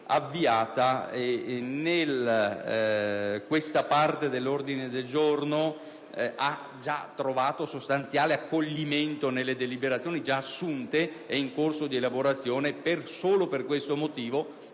che questa parte dell'ordine del giorno abbia già trovato sostanziale accoglimento nelle deliberazioni fin qui assunte o in corso di elaborazione. Solo per questo motivo,